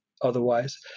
otherwise